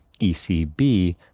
ECB